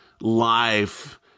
life